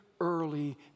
early